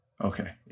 Okay